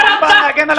ובא להגן על החברים שלו.